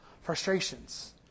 frustrations